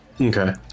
Okay